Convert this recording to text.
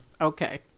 okay